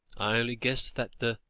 i only guess that the